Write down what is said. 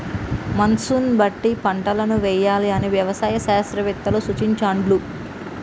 monsoon బట్టి పంటలను వేయాలి అని వ్యవసాయ శాస్త్రవేత్తలు సూచించాండ్లు